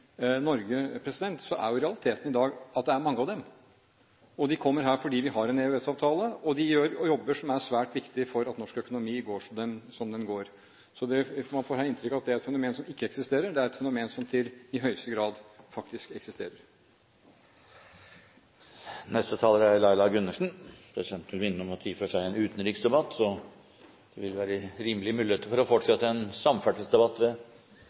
Norge, er jo realiteten i dag at det er mange av dem. De kommer hit fordi vi har en EØS-avtale, og de gjør jobber som er svært viktige for at norsk økonomi går som den går. Man får her et inntrykk av at det er et fenomen som ikke eksisterer – det er et fenomen som i høyeste grad faktisk eksisterer. Neste taler er Laila Gundersen. Presidenten vil minne om at det i og for seg er en utenriksdebatt, og at det vil være rimelige muligheter for å fortsette en samferdselsdebatt ved